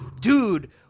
dude